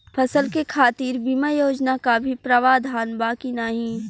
फसल के खातीर बिमा योजना क भी प्रवाधान बा की नाही?